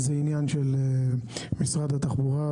זה עניין של משרד התחבורה.